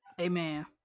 amen